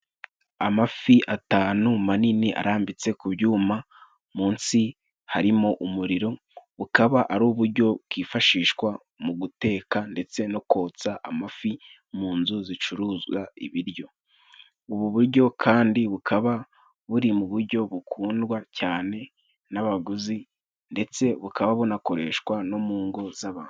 Amafi atanu manini arambitse ku byuma mu nsi harimo umuriro ukaba ari ubujyo bwifashishwa mu guteka ndetse no kotsa amafi mu nzu zicuruzwa ibiryo. Ubu bujyo kandi bukaba buri mu bujyo bukundwa cyane n'abaguzi ndetse bukaba bunakoreshwa no mu ngo z'abantu.